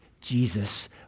Jesus